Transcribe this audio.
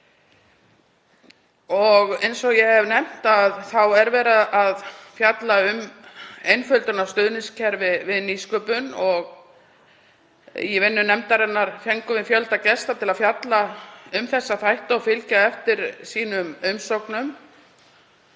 Eins og ég hef nefnt þá er verið að fjalla um einföldun á stuðningskerfi nýsköpunar. Í vinnu nefndarinnar fengum við fjölda gesta til að fjalla um þessa þætti og fylgja eftir sínum umsögnum.